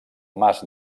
mas